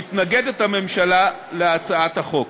הממשלה מתנגדת להצעת החוק.